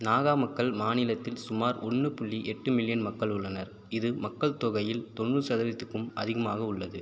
நாகா மக்கள் மாநிலத்தில் சுமார் ஒன்று புள்ளி எட்டு மில்லியன் மக்கள் உள்ளனர் இது மக்கள் தொகையில் தொண்ணூறு சதவீதத்துக்கும் அதிகமாக உள்ளது